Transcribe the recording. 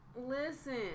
listen